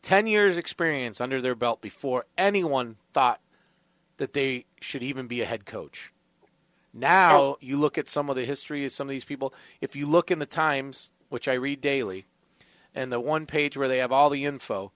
ten years experience under their belt before anyone thought that they should even be a head coach now if you look at some of the history of some of these people if you look at the times which i read daily and the one page where they have all the info